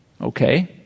okay